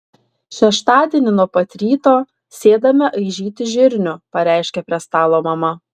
šeštadienį nuo pat ryto sėdame aižyti žirnių pareiškė prie stalo mama